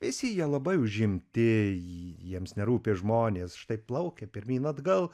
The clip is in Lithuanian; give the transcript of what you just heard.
visi jie labai užimti ji jiems nerūpi žmonės štai plaukia pirmyn atgal